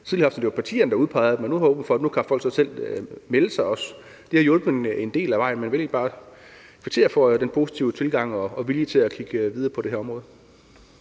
sådan, at det var partierne, der udpegede dem, men nu kan folk så selv melde sig. Det har hjulpet en del af vejen. Men jeg vil egentlig bare kvittere for den positive tilgang og vilje til at kigge videre på det her område.